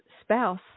spouse